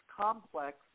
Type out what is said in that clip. complex